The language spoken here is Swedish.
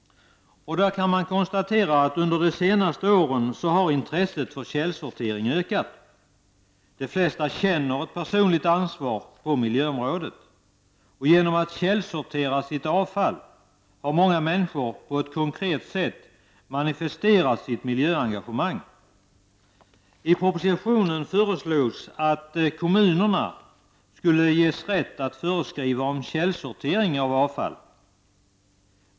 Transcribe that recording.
Vi kan konstatera att intresset för källsortering har ökat under de senaste åren. De flesta kän ner ett personligt ansvar på miljöområdet. Genom att källsortera sitt avfall har många människor på ett konkret sätt manifesterat sitt miljöengagemang. I propositionen föreslås att kommunerna ges rätt att föreskriva om källsortering av avfall.